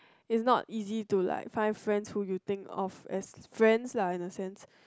it's not easy to like find friends who you think of as friends lah in a sense